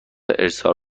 ارسال